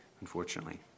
unfortunately